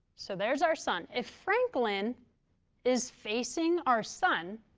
so there's our sun. if franklin is facing our sun,